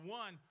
one